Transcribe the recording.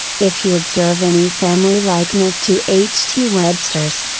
if you observe any family likeness to h t webster's,